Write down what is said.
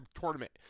tournament